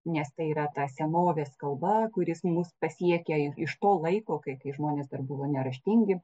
nes tai yra ta senovės kalba kuris mus pasiekia iš to laiko kai kai žmonės dar buvo neraštingi